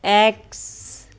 X